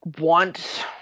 Want